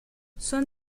son